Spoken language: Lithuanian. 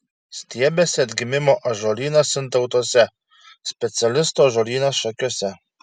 stiebiasi atgimimo ąžuolynas sintautuose specialistų ąžuolynas šakiuose